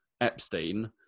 Epstein